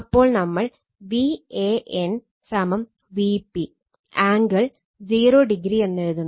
അപ്പോൾ നമ്മൾ Van Vp angle 0o എന്നെഴുതുന്നു